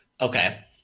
Okay